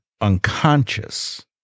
unconscious